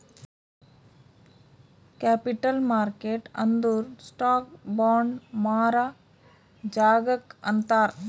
capital market ಅಂದುರ್ stock, bond ಮಾರಾ ಜಾಗಾಕ್ ಅಂತಾರ್